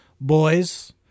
boys